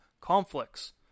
conflicts